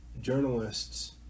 journalists